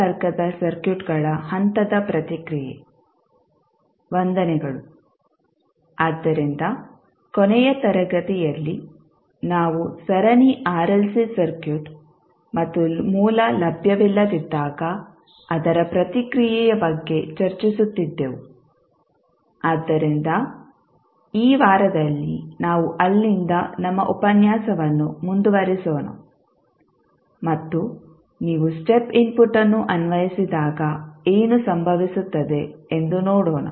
ವಂದನೆಗಳು ಆದ್ದರಿಂದ ಕೊನೆಯ ತರಗತಿಯಲ್ಲಿ ನಾವು ಸರಣಿ ಆರ್ಎಲ್ಸಿ ಸರ್ಕ್ಯೂಟ್ ಮತ್ತು ಮೂಲ ಲಭ್ಯವಿಲ್ಲದಿದ್ದಾಗ ಅದರ ಪ್ರತಿಕ್ರಿಯೆಯ ಬಗ್ಗೆ ಚರ್ಚಿಸುತ್ತಿದ್ದೆವು ಆದ್ದರಿಂದ ಈ ವಾರದಲ್ಲಿ ನಾವು ಅಲ್ಲಿಂದ ನಮ್ಮ ಉಪನ್ಯಾಸವನ್ನು ಮುಂದುವರಿಸೋಣ ಮತ್ತು ನೀವು ಸ್ಟೆಪ್ ಇನ್ಪುಟ್ ಅನ್ನು ಅನ್ವಯಿಸಿದಾಗ ಏನು ಸಂಭವಿಸುತ್ತದೆ ಎಂದು ನೋಡೋಣ